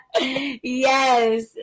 yes